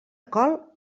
col